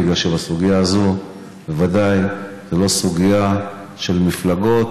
בגלל שהסוגיה הזו היא ודאי לא סוגיה של מפלגות.